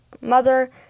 mother